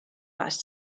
last